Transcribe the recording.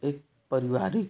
एक पारिवारिक